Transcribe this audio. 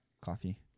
coffee